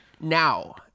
now